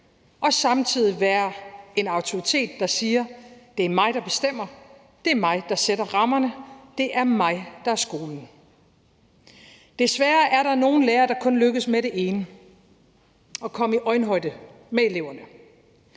og samtidig være en autoritet, der siger: ’Det er mig, der bestemmer, det er mig, der sætter rammerne, det er mig, der er skolen’.« Desværre er der nogle lærere, der kun lykkes med det ene, nemlig at komme i øjenhøjde med eleverne.